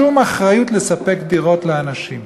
שום אחריות לספק דירות לאנשים.